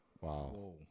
Wow